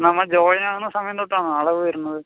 നമ്മൾ ജോയിൻ ആകുന്ന സമയം തൊട്ടാണോ അടവ് വരുന്നത്